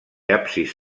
absis